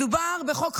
מדובר בחוק חשוב,